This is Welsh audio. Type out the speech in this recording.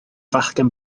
fachgen